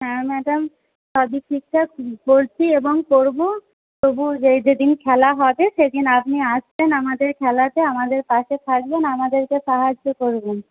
হ্যাঁ ম্যাডাম সবই ঠিকঠাক করছি এবং করব তবু যেই যেদিন খেলা হবে সেদিন আপনি আসবেন আমাদের খেলাতে আমাদের পাশে থাকবেন আমাদেরকে সাহায্য করবেন